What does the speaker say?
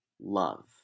love